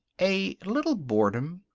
a little boredom.